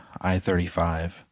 i-35